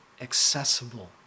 accessible